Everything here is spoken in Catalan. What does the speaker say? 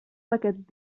paquet